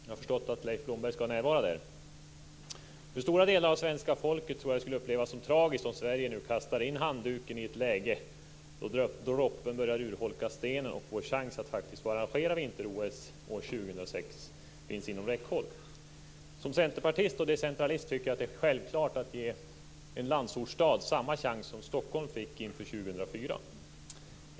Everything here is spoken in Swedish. Jag har förstått att Leif Blomberg skall närvara där. Jag tror att stora delar av svenska folket skulle uppleva det som tragiskt om Sverige kastar in handduken i ett läge då droppen börjar urholka stenen och vår chans att faktiskt få arrangera vinter-OS år 2006 finns inom räckhåll. Som centerpartist och decentralist tycker jag att det är självklart att ge en landsortsstad samma chans som Stockholm fick inför 2004.